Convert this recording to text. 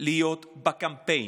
להיות בקמפיין.